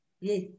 yes